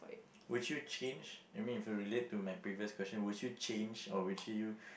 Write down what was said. would you change I mean if you relate to my previous question would you change or would you